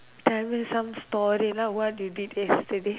ya what you did yesterday